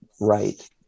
right